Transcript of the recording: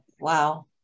Wow